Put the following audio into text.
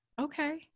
okay